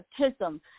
autism